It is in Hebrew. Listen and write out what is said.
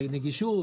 נגישות,